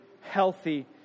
healthy